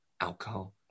alcohol